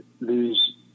lose